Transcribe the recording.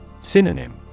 Synonym